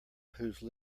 whose